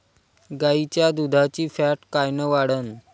गाईच्या दुधाची फॅट कायन वाढन?